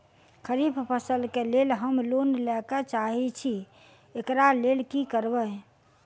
खरीफ फसल केँ लेल हम लोन लैके चाहै छी एकरा लेल की करबै?